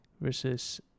versus